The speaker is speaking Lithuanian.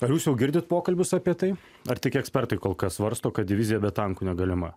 ar jūs jau girdit pokalbius apie tai ar tik ekspertai kol kas svarsto kad divizija be tankų negalima